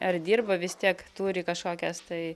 ar dirba vis tiek turi kažkokias tai